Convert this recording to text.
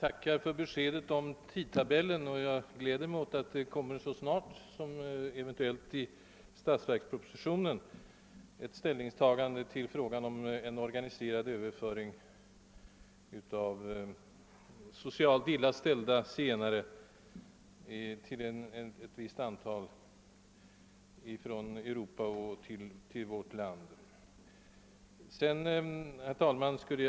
Herr talman! Jag tackar för det besked som här lämnats rörande tidtabellen och gläder mig åt att ett ställningstagande till frågan om en organiserad överföring av ett visst antal socialt illa ställda zigenare från europeiska länder till vårt land eventuellt kommer att göras redan i statsverkspropositionen.